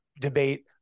debate